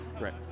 right